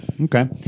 Okay